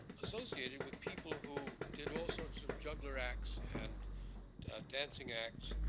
associated with people who did all sorts of juggler acts and dancing acts,